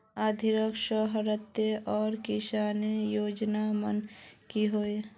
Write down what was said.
आर्थिक सहायता आर किसानेर योजना माने की होय?